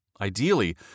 ideally